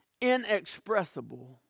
inexpressible